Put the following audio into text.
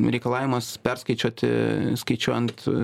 reikalavimas perskaičiuoti skaičiuojant